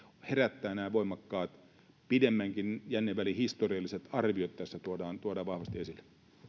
herättää nämä voimakkaat pidemmänkin jännevälin historialliset arviot ja ne tässä tuodaan tuodaan vahvasti esille